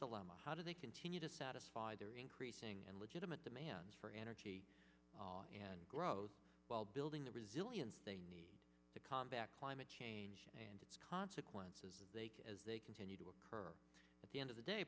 my how do they continue to satisfy their increasing and legitimate demands for energy and growth while building the resilience they need to combat climate change and its consequences as they continue to occur at the end of the day